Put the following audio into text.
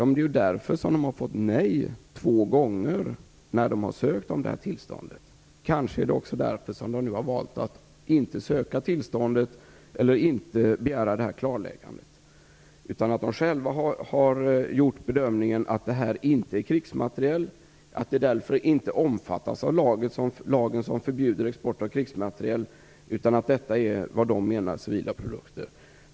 Men det är ju därför som de har fått nej två gånger när de har sökt detta tillstånd. Det kanske också är därför som de nu har valt att inte söka tillståndet eller inte begära detta klarläggande. De kanske själva har gjort bedömningen att det här inte är krigsmateriel och att det därför inte omfattas av lagen som förbjuder export av krigsmateriel, utan att detta är vad de menar med civila produkter.